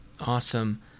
Awesome